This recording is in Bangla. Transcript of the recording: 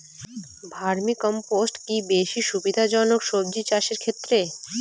ভার্মি কম্পোষ্ট কি বেশী সুবিধা জনক সবজি চাষের ক্ষেত্রে?